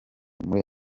muri